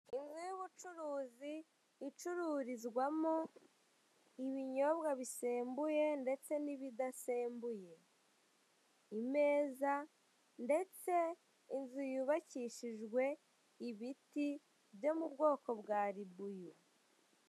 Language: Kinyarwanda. Inzu y'ubucuruzi, icururizwamo ibinyobwa bisembuye ndetse n'ibidasembuye, imeza ndetse inzu yubakishijwe ibiti byo mu bwoko bwa ribuyu.